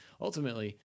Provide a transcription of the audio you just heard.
ultimately